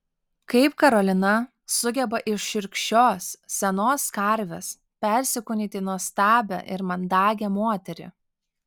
kaip karolina sugeba iš šiurkščios senos karvės persikūnyti į nuostabią ir mandagią moterį